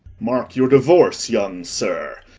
mark your divorce, young sir,